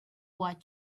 wide